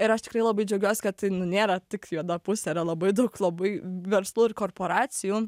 ir aš tikrai labai džiaugiuosi kad tai nu nėra tik juoda pusė yra labai daug labai verslų ir korporacijų